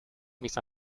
mis